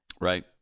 Right